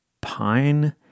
pine